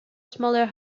smaller